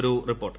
ഒരു റിപ്പോർട്ട്